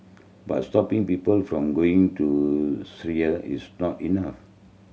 but stopping people from going to Syria is not enough